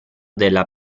della